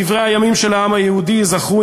בדברי הימים של העם היהודי ייזכרו